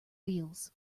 wheels